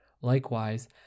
Likewise